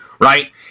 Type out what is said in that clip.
right